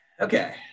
Okay